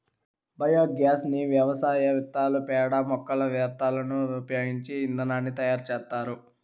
biogas ని వ్యవసాయ వ్యర్థాలు, పేడ, మొక్కల వ్యర్థాలను ఉపయోగించి ఇంధనాన్ని తయారు చేత్తారు